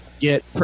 get –